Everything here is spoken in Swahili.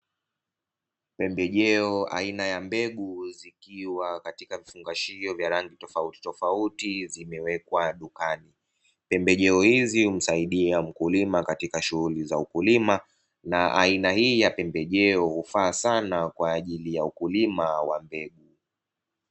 Pembejeo aina ya mbegu zikiwa katika vifungashio vya rangi tofautitofauti, zimewekwa dukani. Pembejeo hizi humsaidia mkulima katika shughuli za ukulima. Na aina hii ya pembejeo hufaa sana kwa ajili ya ukulima wa mbegu.